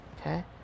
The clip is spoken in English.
Okay